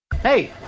hey